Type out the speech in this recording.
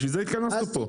בשביל זה התכנסנו פה.